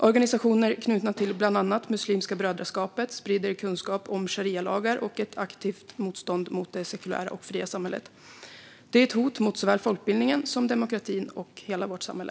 Organisationer knutna till bland annat Muslimska brödraskapet sprider kunskap om sharialagar och ett aktivt motstånd mot det sekulära och fria samhället. Det är ett hot mot såväl folkbildningen som demokratin och hela vårt samhälle.